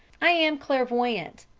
i am clairvoyant.